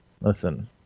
Listen